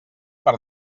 per